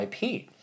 IP